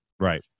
Right